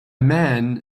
man